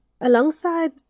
Alongside